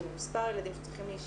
ואת תעני.